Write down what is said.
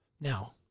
Now